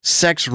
sex